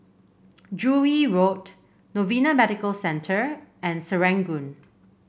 Joo Yee Road Novena Medical Centre and Serangoon